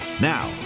Now